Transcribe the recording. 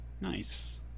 Nice